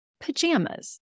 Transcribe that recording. pajamas